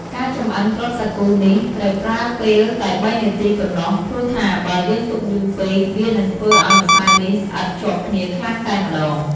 ការចម្អិនគ្រាប់សាគូនេះត្រូវប្រើពេលតែ៣នាទីប៉ុណ្ណោះ ព្រោះថា បើយើងទុកយូរពេក វានឹងធ្វើឲ្យម្សៅនេះស្អិតជាប់គ្នាខ្លាំងតែម្ដង។